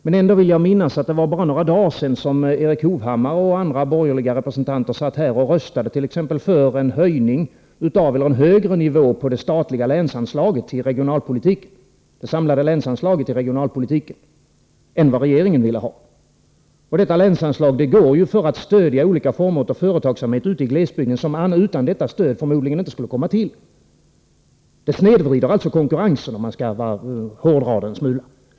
Men ändå vill jag minnas att Erik Hovhammar och andra borgerliga representanter bara för några dagar sedan röstade för en högre nivå på det samlade länsanslaget till regionalpolitiken än regeringen ville ha. Detta länsanslag skall ju stödja olika former av företagsamhet ute i glesbygden, en företagsamhet som utan detta stöd förmodligen inte skulle komma till. Det snedvrider alltså konkurrensen, om man skall hårdra det hela en smula.